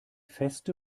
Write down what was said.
feste